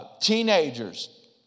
teenagers